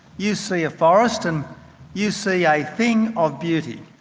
you see a forest and you see a thing of beauty,